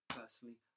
personally